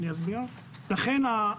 אני אסביר עוד משהו,